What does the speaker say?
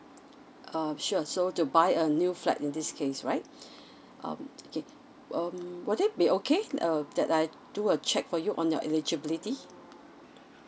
um sure so to buy a new flat in this case right um okay um would that be okay uh that I do a check for you on your eligibility